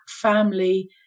family